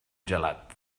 gelat